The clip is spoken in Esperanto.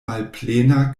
malplena